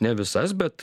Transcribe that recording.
ne visas bet